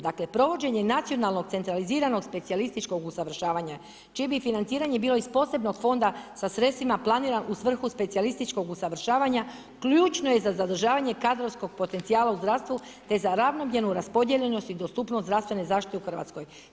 Dakle, provođenje nacionalnog centraliziranog specijalističkog usavršavanja čije bi financiranje bilo iz posebnog fonda sa sredstvima planiran u svrhu specijalističkog usavršavanja ključno je za zadržavanje kadrovskog potencijala u zdravstvu te za ravnomjerno raspodijeljenost i dostupnost zdravstvene zaštite u Hrvatskoj.